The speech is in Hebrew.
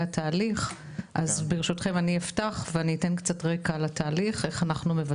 התהליך אז ברשותכם אני אפתח ואתן קצת רקע לתהליך,